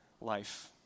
life